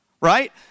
right